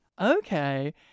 Okay